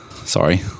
Sorry